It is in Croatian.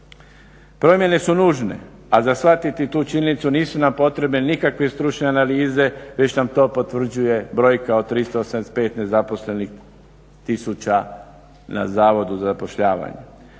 Promjene su nužne, ali za shvatiti tu činjenicu nisu nam potrebne nikakve stručne analize već nam to potvrđuje brojka od 375 nezaposlenih tisuća na Zavodu za zapošljavanje.